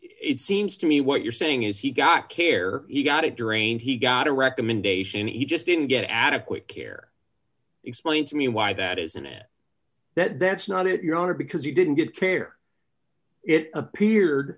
it seems to me what you're saying is he got care he got it drained he got a recommendation he just didn't get adequate care explain to me why that isn't it that that's not it your honor because you didn't get care it appeared